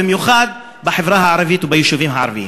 במיוחד בחברה הערבית וביישובים הערביים.